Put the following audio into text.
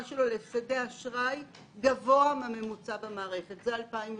שלו להפסדי אשראי גבוה מהממוצע ב-2003.